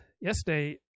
yesterday